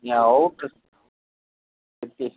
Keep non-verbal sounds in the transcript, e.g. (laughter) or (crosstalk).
நீங்கள் அவுட்ரு (unintelligible)